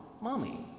Mommy